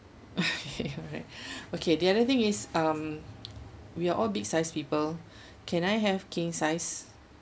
okay alright okay the other thing is um we are all big size people can I have king size